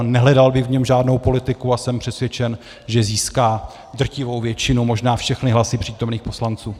Nehledal bych v něm žádnou politiku a jsem přesvědčen, že získá drtivou většinu, možná všechny hlasy přítomných poslanců.